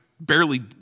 barely